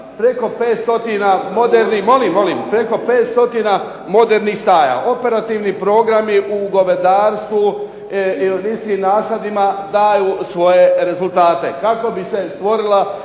preko 5 stotina modernih staja, operativni programi u govedarstvu i …/Ne razumije se./… nasadima daju svoje rezultate, kako bi se stvorila